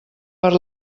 per